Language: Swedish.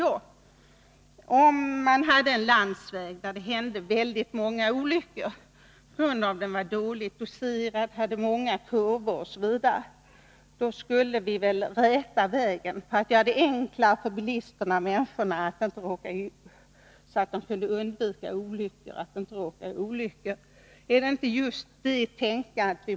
Jag vill därför fråga på följande sätt: Om vi hade en landsväg där det hände väldigt många olyckor på grund av att vägen var dåligt doserad, hade många kurvor osv., då skulle vi väl räta vägen för att göra det enklare för människorna och för att hindra olyckor? Är det inte just ett sådant tänkande vi måste ha även när det gäller skatter och bidrag?